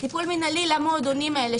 טיפול מנהלי למועדונים האלה,